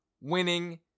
winning